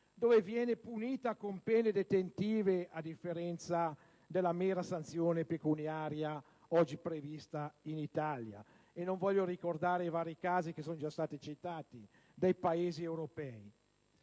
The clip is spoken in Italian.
dove viene punita con pene detentive, a differenza della mera sanzione pecuniaria oggi prevista in Italia; e non voglio ricordare i vari casi già citati dei Paesi europei.